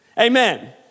Amen